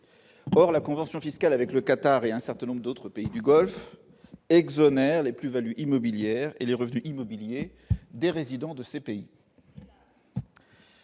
Or les conventions fiscales avec le Qatar et un certain nombre d'autres pays du Golfe exonèrent les plus-values immobilières et les revenus immobiliers des résidents de ces pays.